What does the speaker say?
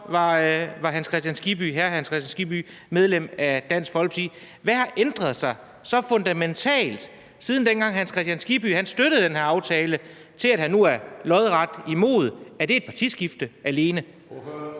hr. Hans Kristian Skibby medlem af Dansk Folkeparti. Hvad har ændret sig så fundamentalt, fra at hr. Hans Kristian Skibby dengang støttede den her aftale, til at han nu er lodret imod den? Er det alene et partiskifte?